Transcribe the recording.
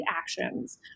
actions